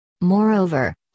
Moreover